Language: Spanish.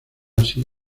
así